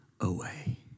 away